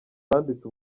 banditse